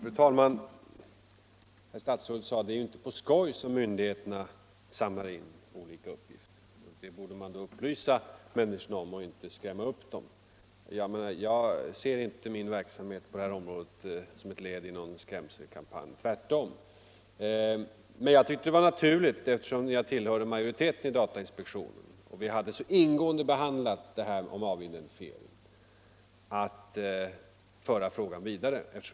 Fru talman! Herr statsrådet sade att ”det är ju inte på skoj som myndigheterna samlar olika uppgifter”, och det borde man då upplysa människorna om och inte skrämma upp dem, ansåg statsrådet. Jag ser inte min verksamhet på det här området som ett led i någon skrämselkampanj —- tvärtom. Men jag tyckte att det var naturligt, eftersom jag tillhörde majoriteten i datainspektionen och vi hade så ingående behandlat frågan om avidentifieringen, att föra frågan vidare.